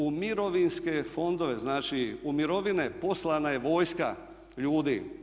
U mirovinske fondove, znači u mirovine poslana je vojska ljudi.